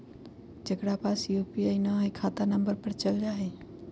जेकरा पास यू.पी.आई न है त खाता नं पर चल जाह ई?